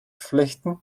flechten